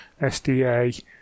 SDA